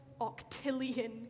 octillion